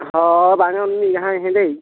ᱦᱳᱭ ᱵᱟᱝᱟ ᱩᱱᱤ ᱡᱟᱦᱟᱸᱭ ᱦᱮᱸᱫᱮᱭᱤᱡ